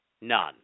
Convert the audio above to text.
None